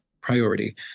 priority